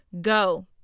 Go